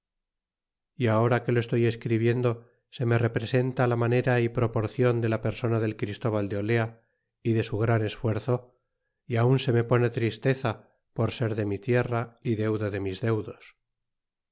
y ahora que lo estoy escribiendo se me representa la manera y proporcion de la persona ael chrhtó bal de otea y de su gran esfuerzo y aun se mo pone tristeza por ser de mi tierra y deudo de mis deudos